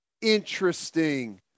interesting